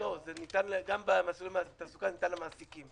לא, גם במסלולי התעסוקה זה ניתן למעסיקים.